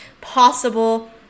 possible